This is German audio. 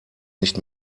nicht